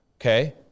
Okay